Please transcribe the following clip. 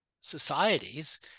societies